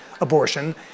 abortion